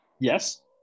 Yes